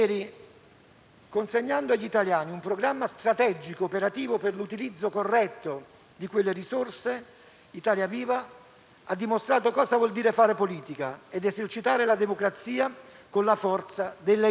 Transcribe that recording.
consegnando agli italiani un programma strategico-operativo per l'utilizzo corretto di quelle risorse, Italia Viva ha dimostrato cosa vuol dire fare politica ed esercitare la democrazia con la forza delle idee,